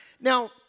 Now